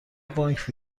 بانک